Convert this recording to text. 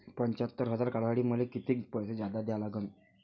पंच्यात्तर हजार काढासाठी मले कितीक पैसे जादा द्या लागन?